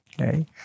Okay